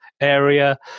area